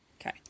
Okay